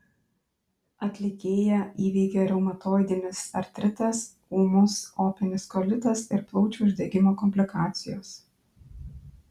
atlikėją įveikė reumatoidinis artritas ūmus opinis kolitas ir plaučių uždegimo komplikacijos